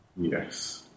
Yes